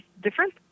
different